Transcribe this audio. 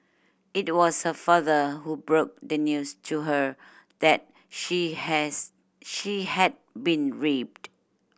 it was her father who broke the news to her that she has she had been raped